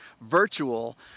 virtual